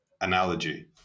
analogy